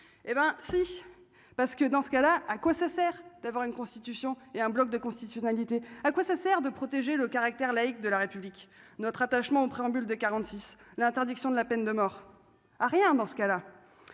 hé ben si parce que dans ce cas-là, à quoi ça sert d'avoir une constitution et un bloc de constitutionnalité, à quoi ça sert de protéger le caractère laïc de la République notre attachement au préambule de 46 l'interdiction de la peine de mort a rien dans ce cas-là,